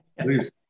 please